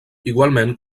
igualment